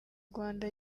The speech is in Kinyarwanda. rwanda